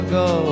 go